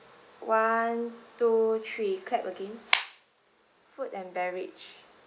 one two three clap again food and beverage